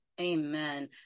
amen